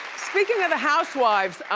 speaking of the housewives,